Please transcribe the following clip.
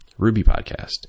rubypodcast